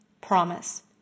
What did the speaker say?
promise